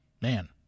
man